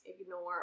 ignore